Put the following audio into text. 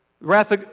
Wrath